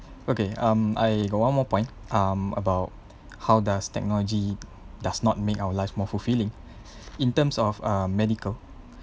okay um I got one more point um about how does technology does not make our life more fulfilling in terms of um medical